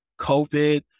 COVID